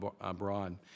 abroad